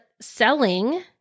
selling